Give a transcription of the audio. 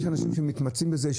יש אנשים שמתמצאים בזה,